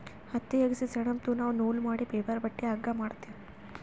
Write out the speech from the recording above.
ಹತ್ತಿ ಅಗಸಿ ಸೆಣಬ್ದು ನಾವ್ ನೂಲ್ ಮಾಡಿ ಪೇಪರ್ ಬಟ್ಟಿ ಹಗ್ಗಾ ಮಾಡ್ತೀವಿ